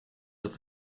dat